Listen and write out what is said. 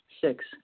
Six